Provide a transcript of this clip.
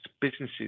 businesses